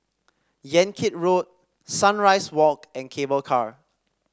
Yan Kit Road Sunrise Walk and Cable Car